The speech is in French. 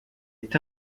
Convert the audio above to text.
est